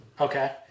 Okay